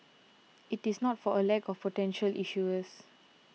it is not for a lack of potential issuers